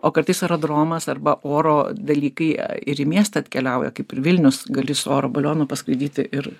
o kartais aerodromas arba oro dalykai ir į miestą atkeliauja kaip ir vilnius gali su oro balionu paskraidyti ir